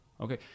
Okay